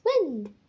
wind